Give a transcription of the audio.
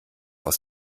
aus